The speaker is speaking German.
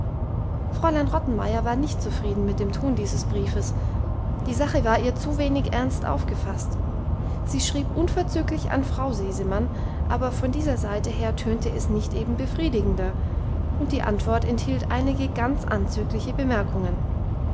fräulein rottenmeier war nicht zufrieden mit dem ton dieses briefes die sache war ihr zu wenig ernst aufgefasst sie schrieb unverzüglich an frau sesemann aber von dieser seite her tönte es nicht eben befriedigender und die antwort enthielt einige ganz anzügliche bemerkungen